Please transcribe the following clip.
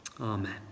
Amen